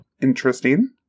Interesting